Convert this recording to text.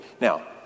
Now